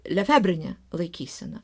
lefebrinė laikysena